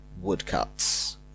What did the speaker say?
woodcuts